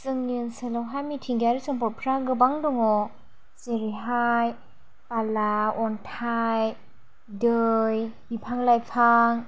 जोंनि ओनसोलावहाय मिथिंगायारि सम्पदफ्रा गोबां दङ जेरैहाय बाला अन्थाइ दै बिफां लाइफां